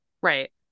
right